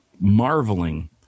marveling